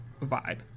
vibe